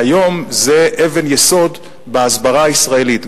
והיום זו אבן יסוד בהסברה הישראלית,